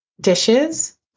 dishes